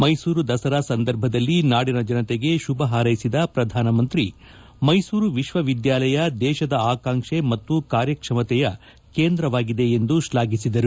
ಮೈಸೂರು ದಸರಾ ಸಂದರ್ಭದಲ್ಲಿ ನಾಡಿನ ಜನತೆಗೆ ಶುಭ ಹಾರ್ಲೆಸಿದ ಪ್ರಧಾನಮಂತ್ರಿ ಮೈಸೂರು ವಿಶ್ವವಿದ್ಗಾಲಯ ದೇಶದ ಆಕಾಂಕ್ಷೆ ಮತ್ತು ಕಾರ್ಯಕ್ಷಮತೆಯ ಕೇಂದ್ರವಾಗಿದೆ ಎಂದು ಶ್ಲಾಘಿಸಿದರು